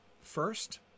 first